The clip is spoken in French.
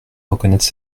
reconnaître